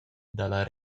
dalla